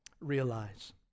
Realize